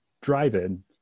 drive-in